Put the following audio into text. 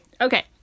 Okay